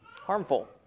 Harmful